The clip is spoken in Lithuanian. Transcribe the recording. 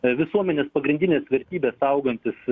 visuomenės pagrindines vertybes saugantis